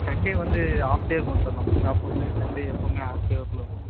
Sunday வந்து off day இருக்கும் sir நம்ம ஷாப் வந்து சண்டே எப்பவுமே ஆஃப்டே ஒர்க்ல இருக்கும் சார்